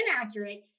inaccurate